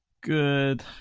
good